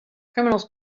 criminals